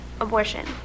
abortion